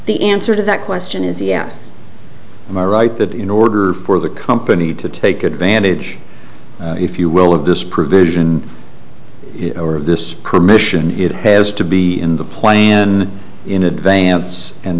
the answer to that question is yes and i write that in order for the company to take advantage if you will of this provision of this commission it has to be in the plan in advance and